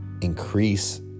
increase